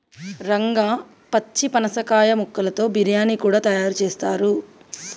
రంగా పచ్చి పనసకాయ ముక్కలతో బిర్యానీ కూడా తయారు చేస్తారు